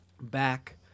back